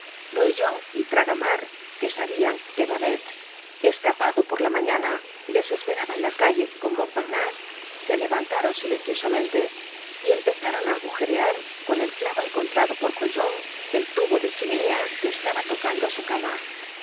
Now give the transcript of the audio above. brujon y tragamar que sabian que babet escapado por la mañana les esperaba en la calle con montparnase se levantaron silenciosamente y empezaron á agujerear con el clavo encontrado por brujon el tubo de chimenea que estaba tocando á su cama los